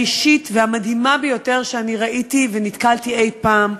האישית והמדהימה ביותר שראיתי ונתקלתי בה אי-פעם.